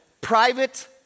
private